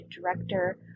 director